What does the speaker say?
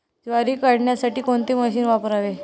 ज्वारी काढण्यासाठी कोणते मशीन वापरावे?